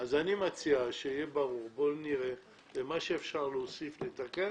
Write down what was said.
אני מציע שיהיה ברור בואו נראה מה אפשר להוסיף ולתקן.